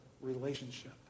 relationship